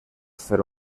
fer